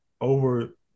over